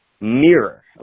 mirror